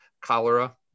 cholera